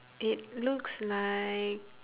it looks like